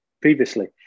previously